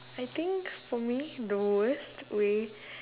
I think for me the worst way